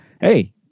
hey